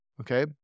okay